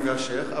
אני והשיח',